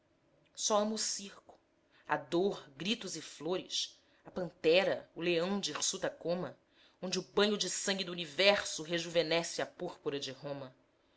amo o circo a dor gritos e flores a pantera o leão de hirsuta coma onde o banho de sangue do universo rejuvenesce a púrpura